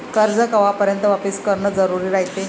कर्ज कवापर्यंत वापिस करन जरुरी रायते?